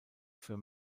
für